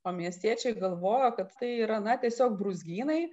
o miestiečiai galvojo kad tai yra na tiesiog brūzgynai